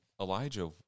Elijah